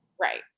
Right